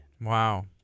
wow